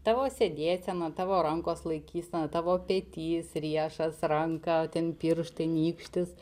tavo sėdėsena tavo rankos laikysena tavo petys riešas ranka ten pirštai nykštys